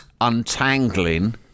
untangling